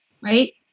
right